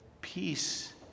Peace